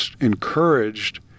encouraged